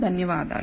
ధన్యవాదాలు